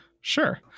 Sure